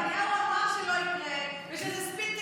נתניהו אמר שלא יקרה ושזה ספין תקשורתי,